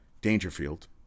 Dangerfield